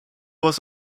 was